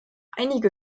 einige